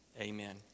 amen